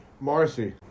Marcy